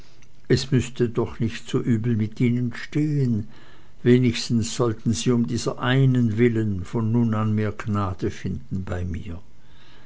es müßte doch nicht so übel mit ihnen stehen wenigstens sollten sie um dieser einen willen von nun an mehr gnade finden bei mir